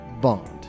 Bond